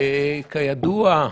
כידוע,